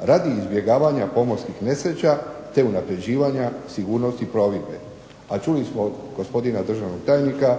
radi izbjegavanja pomorskih nesreća te unapređivanja sigurnosti plovidbe, a čuli smo od gospodina državnog tajnika